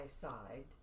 Side